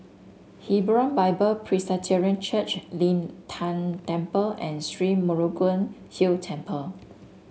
Hebron Bible Presbyterian Church Lin Tan Temple and Sri Murugan Hill Temple